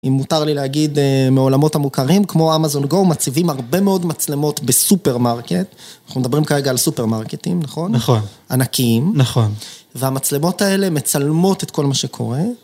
אם מותר לי להגיד מעולמות המוכרים, כמו אמזון גו, מציבים הרבה מאוד מצלמות בסופרמרקט. אנחנו מדברים כרגע על סופרמרקטים, נכון? נכון. ענקיים. נכון. והמצלמות האלה מצלמות את כל מה שקורה.